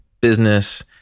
business